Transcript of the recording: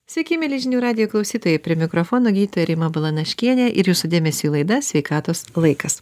sveiki mieli žinių radijo klausytojai prie mikrofono gydytoja rima balanaškienė ir jūsų dėmesiui laida sveikatos laikas